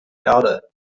erde